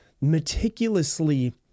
Meticulously